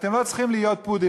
אתם לא צריכים להיות פודלים.